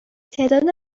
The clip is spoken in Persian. تعداد